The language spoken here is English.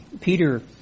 Peter